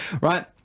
Right